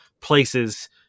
places